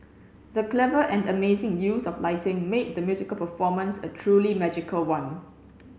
the clever and amazing use of lighting made the musical performance a truly magical one